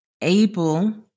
able